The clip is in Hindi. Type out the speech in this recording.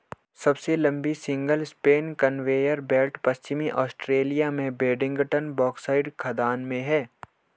सबसे लंबी सिंगल स्पैन कन्वेयर बेल्ट पश्चिमी ऑस्ट्रेलिया में बोडिंगटन बॉक्साइट खदान में है